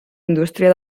indústria